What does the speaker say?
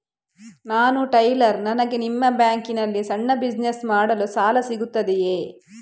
ನಾನು ಟೈಲರ್, ನನಗೆ ನಿಮ್ಮ ಬ್ಯಾಂಕ್ ನಲ್ಲಿ ಸಣ್ಣ ಬಿಸಿನೆಸ್ ಮಾಡಲು ಸಾಲ ಸಿಗುತ್ತದೆಯೇ?